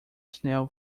snail